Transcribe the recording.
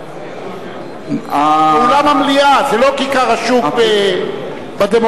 זה אולם המליאה, זה לא כיכר השוק בדמוקרטיות,